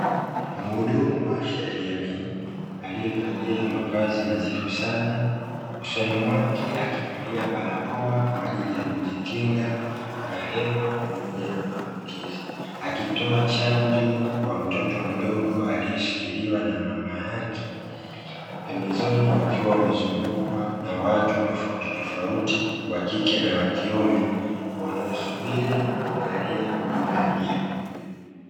Mhudumu wa afya ya jamii, aliyevalia mavazi na zifu sana ,usoni mwake akivalia barakoa kwa ajili ya kujikinga na hewa pamoja na maambukizi, akitoa chanjo kwa mtoto mdogo aliyeshikiliwa na mama yake, pembezoni wakiwa wamezungukwa na watu tofautitofauti wa kike na wa kiume, wanaosubiri na kuangalia huduma hiyo.